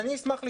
אני אשמח לשמוע: